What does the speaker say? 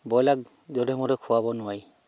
ব্ৰয়লাৰক য'ধে মধে মতে খোৱাব নোৱাৰি